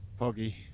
Poggy